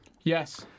Yes